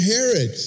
Herod